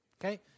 Okay